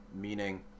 Meaning